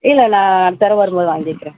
இல்லை நான் பிறவு வரும்போது வாங்கிக்கிறேன்